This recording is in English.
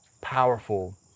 powerful